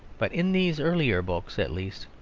but in these earlier books at least,